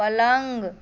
पलङ्ग